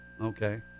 Okay